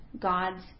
God's